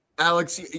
Alex